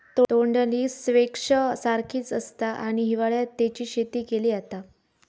तोंडली स्क्वैश सारखीच आसता आणि हिवाळ्यात तेची शेती केली जाता